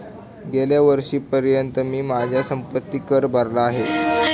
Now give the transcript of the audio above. गेल्या वर्षीपर्यंत मी माझा संपत्ति कर भरला आहे